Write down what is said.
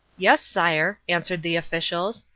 yes, sire, answered the officials.